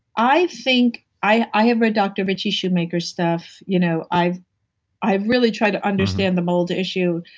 i think, i i have read doctor richie shoemaker's stuff. you know i've i've really tried to understand the mold issue.